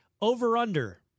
over-under